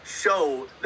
show